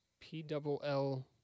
P-double-L-